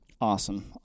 Awesome